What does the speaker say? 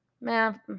man